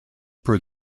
per